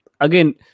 again